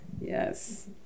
Yes